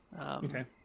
Okay